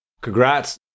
Congrats